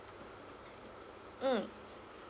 mm